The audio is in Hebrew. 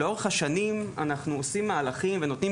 לאורך השנים אנחנו עושים מהלכים ונותנים